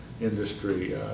industry